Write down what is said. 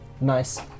Nice